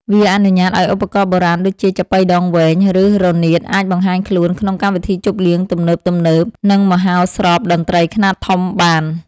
វាអនុញ្ញាតឱ្យឧបករណ៍បុរាណដូចជា ចាប៉ីដងវែង ឬរនាត អាចបង្ហាញខ្លួនក្នុងកម្មវិធីជប់លៀងទំនើបៗ និងមហោស្រពតន្ត្រីខ្នាតធំបាន។